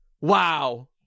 Wow